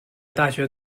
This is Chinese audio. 大学